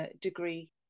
degree